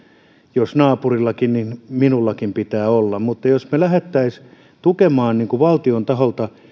jos naapurillakin niin minullakin pitää olla mutta jos me lähtisimme tukemaan valtion taholta